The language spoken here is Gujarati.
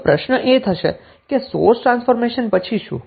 તો પ્રશ્ન એ થશે કે સોર્સ ટ્રાન્સફોર્મેશન પછી શું